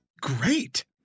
great